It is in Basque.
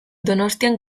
donostian